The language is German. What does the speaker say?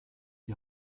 die